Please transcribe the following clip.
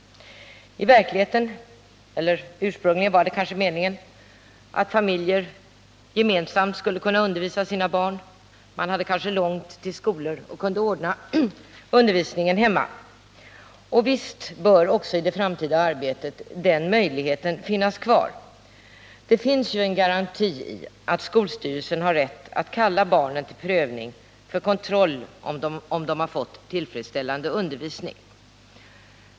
Ursprungligen var det kanske meningen att familjer gemensamt skulle kunna undervisa sina barn. Man hade kanske långt till skolor och kunde ordna undervisningen hemma. Och visst bör också i det framtida arbetet den möjligheten finnas kvar. Det finns ju en garanti i att skolstyrelsen har rätt att kalla barnen till prövning för att kontrollera att de fått tillfredsställande undervisning.